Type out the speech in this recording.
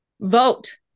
Vote